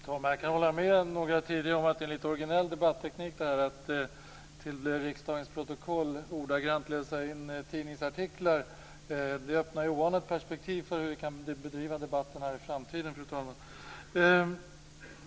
Fru talman! Jag kan hålla med några av de tidigare talarna om att det är en lite originell debatteknik att till riksdagens protokoll ordagrant läsa upp tidningsartiklar. Det öppnar oanade perspektiv för hur vi kan bedriva debatten här i framtiden, fru talman.